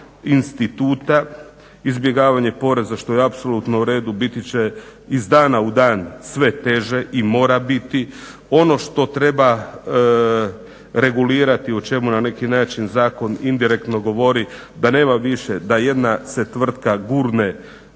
instituta, izbjegavanje poreza što je apsolutno uredu biti će iz dana u dan sve teže i mora biti. Ono što treba regulirati o čemu na neki način zakon indirektno govori da nema više da jedna se tvrtka gurne